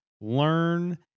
learn